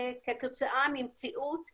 זה כתוצאה ממציאות קיימת.